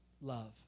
love